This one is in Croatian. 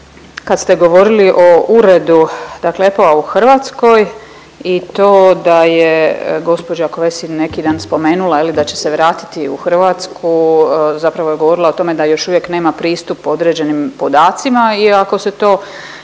kad ste govorili o uredu, dakle EPPO-a u Hrvatskoj i to da je gđa Kövesi neki dan spomenula, je li, da će se vratiti u Hrvatsku, zapravo je govorila o tome da još uvijek nema pristup određenim podacima i ako se to